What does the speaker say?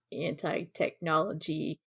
anti-technology